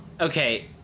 Okay